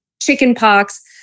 chickenpox